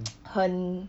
很